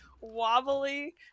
wobbly